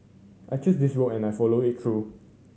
I chose this road and I'll follow it through